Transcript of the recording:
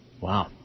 Wow